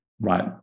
right